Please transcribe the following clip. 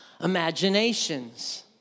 imaginations